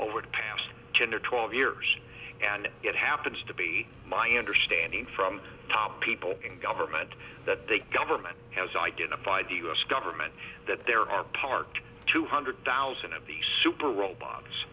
over to past ten or twelve years and it happens to be my understanding from our people in government that they government has identified the us government that there are parked two hundred thousand of these super robots